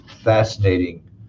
fascinating